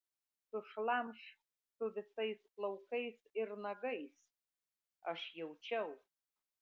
sušlamš su visais plaukais ir nagais aš jaučiau